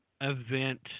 event